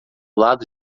lado